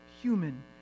human